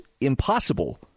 impossible